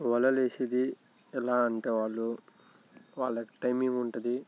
వలలు వేసేది ఎలా అంటే వాళ్ళు వాళ్ళకి టైమింగ్ ఉంటుంది